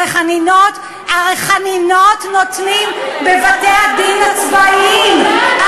הרי חנינות נותנים בבתי-הדין הצבאיים,